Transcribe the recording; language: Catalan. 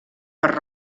per